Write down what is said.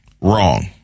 Wrong